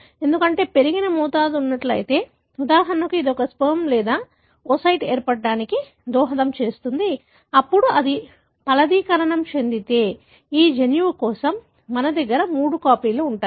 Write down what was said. ఎందుకంటే పెరిగిన మోతాదు ఉన్నట్లయితే ఉదాహరణకు ఇది ఒక స్పెర్మ్ లేదా ఓసైట్ ఏర్పడటానికి దోహదం చేస్తుంది అప్పుడు అది ఫలదీకరణం చెందితే ఈ జన్యువు కోసం మన దగ్గర మూడు కాపీలు ఉంటాయి